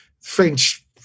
French